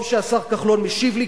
טוב שהשר כחלון משיב לי,